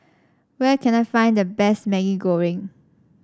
where can I find the best Maggi Goreng